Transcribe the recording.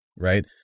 right